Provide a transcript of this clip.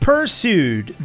Pursued